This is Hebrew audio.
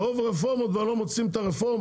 מרוב רפורמות כבר לא מוצאים את הרפורמה.